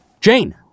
Jane